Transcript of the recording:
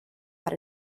had